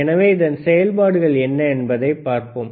எனவே இதன் செயல்பாடுகள் என்ன என்பதை பார்ப்போம்